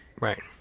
right